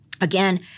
again